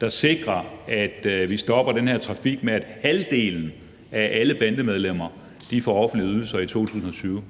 der sikrer, at vi stopper den her trafik, hvor halvdelen af alle bandemedlemmer får offentlige ydelser, som